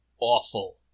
awful